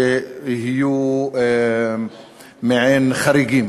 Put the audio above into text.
שיהיו מעין חריגים.